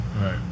Right